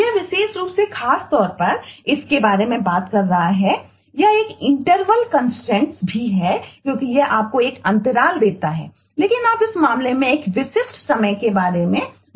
यह विशेष रूप से खास तौर पर इसके बारे में बात कर रहा है यह एक इंटरवल कंस्ट्रेंट्स भी है क्योंकि यह आपको एक अंतराल देता है लेकिन आप इस मामले में एक विशिष्ट समय के बारे में बात कर रहे हैं